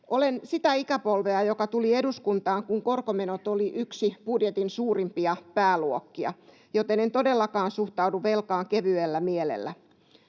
Olen sitä ikäpolvea, joka tuli eduskuntaan, kun korkomenot oli yksi budjetin suurimpia pääluokkia, joten en todellakaan suhtaudu velkaan kevyellä mielellä.